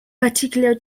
particular